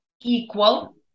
equal